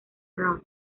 rock